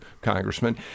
congressman